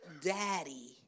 daddy